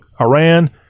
Iran